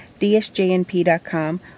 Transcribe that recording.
DSJNP.com